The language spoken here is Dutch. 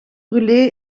brûlé